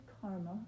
karma